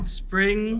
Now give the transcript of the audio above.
spring